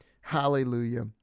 hallelujah